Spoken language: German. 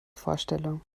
vorstellung